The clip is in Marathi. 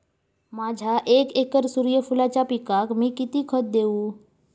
माझ्या एक एकर सूर्यफुलाच्या पिकाक मी किती खत देवू?